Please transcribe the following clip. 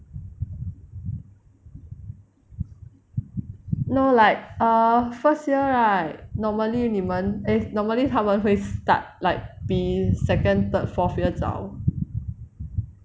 no like err first year right normally 你们 eh normally 他们会 start like 比 second third fourth year 早